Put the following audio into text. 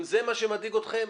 אם זה מה שמדאיג אתכם,